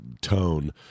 tone